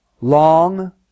long